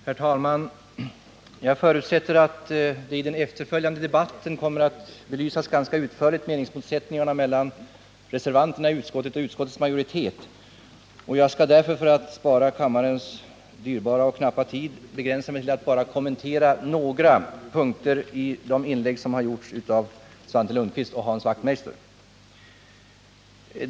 Herr talman! Jag förutsätter att meningsmotsättningarna mellan reservanterna och utskottets majoritet kommer att belysas ganska utförligt i den efterföljande debatten. För att spara kammarens dyrbara och knappa tid skall jag därför begränsa mig till att bara kommentera några punkter i de inlägg som har gjorts av Svante Lundkvist och Hans Wachtmeister.